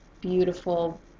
beautiful